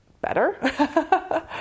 better